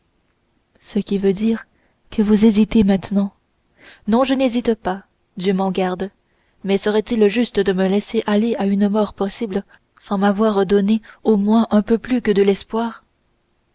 ce qui veut dire que vous hésitez maintenant non je n'hésite pas dieu m'en garde mais serait-il juste de me laisser aller à une mort possible sans m'avoir donné au moins un peu plus que de l'espoir